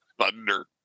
Thunder